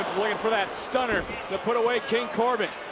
for for that stunner to put away king corbin.